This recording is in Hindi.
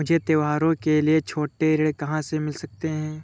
मुझे त्योहारों के लिए छोटे ऋण कहाँ से मिल सकते हैं?